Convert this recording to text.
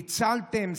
ניצלתם,